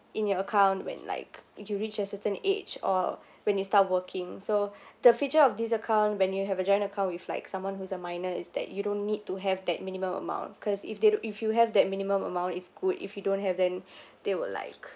in your account when like you reach a certain age or when you start working so the feature of this account when you have a joint account with like someone who's a minor is that you don't need to have that minimum amount cause if they do if you have that minimum amount is good if you don't have then they will like